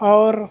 اور